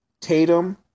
Tatum